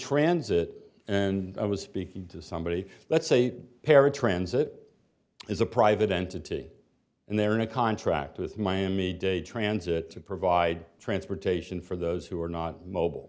transit and i was speaking to somebody let's say paratransit is a private entity and they're in a contract with miami dade transit to provide transportation for those who are not mobile